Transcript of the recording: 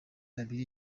abiri